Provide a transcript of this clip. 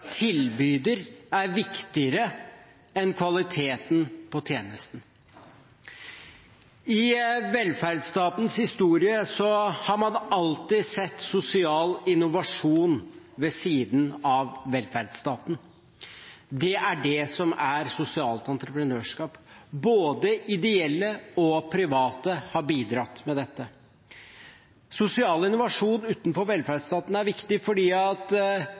tilbyder er viktigere enn kvaliteten på tjenesten. I velferdsstatens historie har man alltid sett sosial innovasjon ved siden av velferdsstaten. Det er det som er sosialt entreprenørskap – både ideelle og private har bidratt med dette. Sosial innovasjon utenfor velferdsstaten er viktig fordi